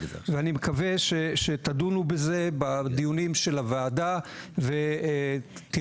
ואני מקווה שתדונו בזה בדיונים של הוועדה ותראו.